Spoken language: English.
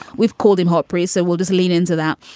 we've called him hot priest. so we'll just lean into that.